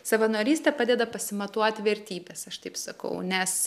savanorystė padeda pasimatuot vertybes aš taip sakau nes